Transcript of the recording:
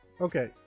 okay